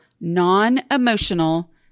non-emotional